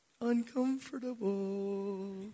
Uncomfortable